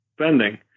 spending